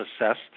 assessed